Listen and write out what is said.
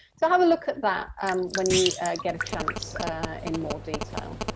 so have a look at that um when you get a chance in more detail.